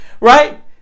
right